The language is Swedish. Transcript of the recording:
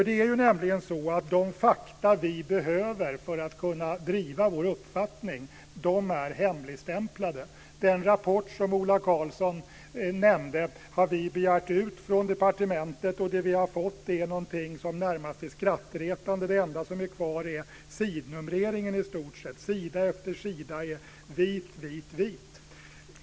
Det är nämligen så att de fakta vi behöver för att kunna driva vår uppfattning är hemligstämplade. Den rapport som Ola Karlsson nämnde har vi begärt att få ut från departementet, och det vi har fått är någonting som är närmast skrattretande. Det enda som är kvar är i stort sett sidnumreringen; sida efter sida är vit.